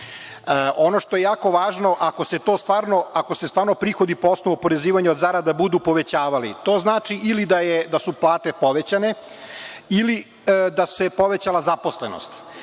što je jako važno, ako se stvarno prihodi po osnovu oporezivanja od zarada budu povećavali, to znači ili da su plate povećane ili da se povećala zaposlenost.